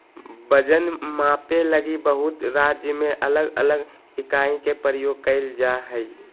वजन मापे लगी बहुत राज्य में अलग अलग इकाई के प्रयोग कइल जा हइ